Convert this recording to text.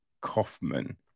Kaufman